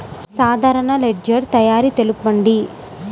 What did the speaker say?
సాధారణ లెడ్జెర్ తయారి తెలుపండి?